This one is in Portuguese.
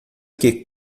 que